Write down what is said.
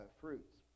fruits